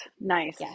Nice